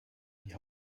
die